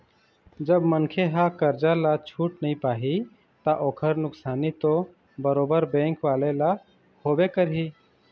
जब मनखे ह करजा ल छूट नइ पाही ता ओखर नुकसानी तो बरोबर बेंक वाले ल होबे करही